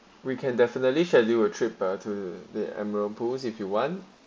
we can definitely schedule a trip or to the admiral post if you want